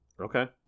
Okay